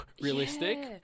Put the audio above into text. realistic